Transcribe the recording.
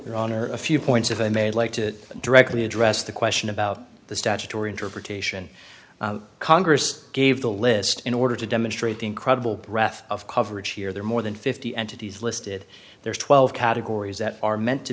honor a few points if i may like to directly address the question about the statutory interpretation congress gave the list in order to demonstrate the incredible breath of coverage here there are more than fifty entities listed there are twelve categories that are meant to